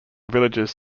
villagers